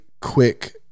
quick